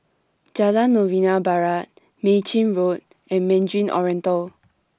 Jalan Novena Barat Mei Chin Road and Mandarin Oriental